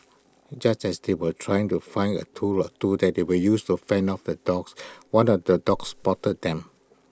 just as they were trying to find A tool or two that they would use to fend off the dogs one of the dogs spotted them